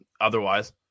otherwise